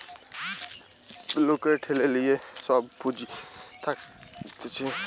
লোকের ঠেলে লিয়ে যে সব পুঁজি থাকতিছে